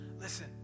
Listen